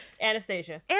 Anastasia